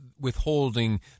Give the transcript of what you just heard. withholding